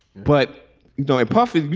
but, you know, i puffy,